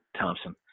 Thompson